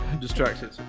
distracted